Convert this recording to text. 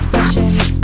Sessions